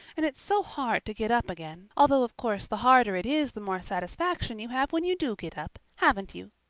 and it's so hard to get up again although of course the harder it is the more satisfaction you have when you do get up, haven't you?